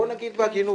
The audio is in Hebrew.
בוא נגיד בעדינות,